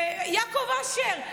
יעקב אשר,